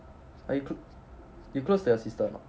oh you you close to your sister or not